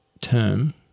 term